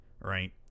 right